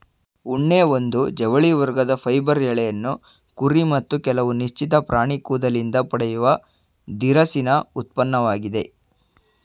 ಉಣ್ಣೆ ಒಂದು ಜವಳಿ ವರ್ಗದ ಫೈಬರ್ ಎಳೆಯನ್ನು ಕುರಿ ಮತ್ತು ಕೆಲವು ನಿಶ್ಚಿತ ಪ್ರಾಣಿ ಕೂದಲಿಂದ ಪಡೆಯುವ ದಿರಸಿನ ಉತ್ಪನ್ನವಾಗಿದೆ